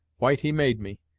white he made me,